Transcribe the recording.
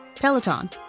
Peloton